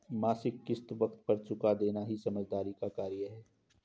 मासिक किश्त वक़्त पर चूका देना ही समझदारी का कार्य है